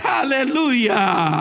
Hallelujah